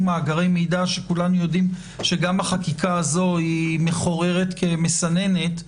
מאגרי מידע שכולנו יודעים שגם החקיקה הזאת היא מחוררת כמסננת,